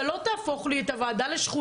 אתה לא תהפוך לי את הוועדה לשכונה.